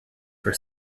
for